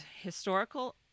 historical